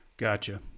Gotcha